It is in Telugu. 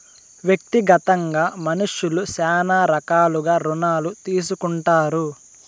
వ్యక్తిగతంగా మనుష్యులు శ్యానా రకాలుగా రుణాలు తీసుకుంటారు